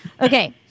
Okay